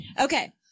Okay